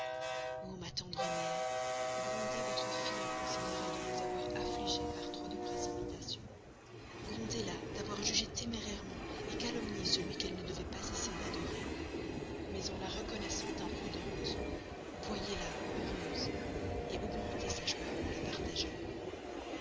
o ma tendre mère grondez votre fille inconsidérée de vous avoir affligée par trop de précipitation grondez la d'avoir jugé témérairement calomnié celui qu'elle ne devait pas cesser d'adorer mais en la reconnaissant imprudente voyez la heureuse augmentez sa joie en la partageant